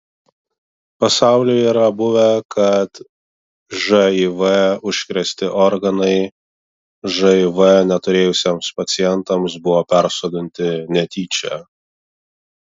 pasaulyje yra buvę kad živ užkrėsti organai živ neturėjusiems pacientams buvo persodinti netyčia